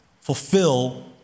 fulfill